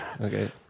Okay